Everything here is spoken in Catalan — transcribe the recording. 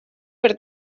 per